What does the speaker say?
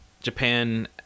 Japan